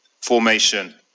formation